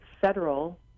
federal